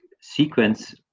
sequence